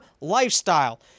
lifestyle